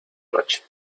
noche